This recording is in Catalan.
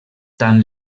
tant